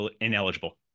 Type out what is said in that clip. ineligible